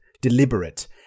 deliberate